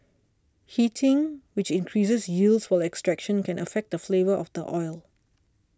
heating which increases yields while extraction can affect the flavour of the oil